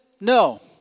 No